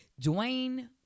Dwayne